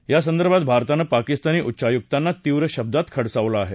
यासंदर्भात भारतानं पाकिस्तानी उच्चायुक्तांना तीव्र शब्दात खडसावलं आहे